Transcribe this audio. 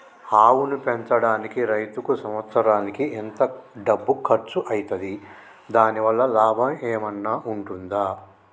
ఆవును పెంచడానికి రైతుకు సంవత్సరానికి ఎంత డబ్బు ఖర్చు అయితది? దాని వల్ల లాభం ఏమన్నా ఉంటుందా?